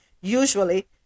usually